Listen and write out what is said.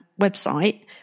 website